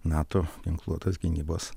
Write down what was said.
nato ginkluotos gynybos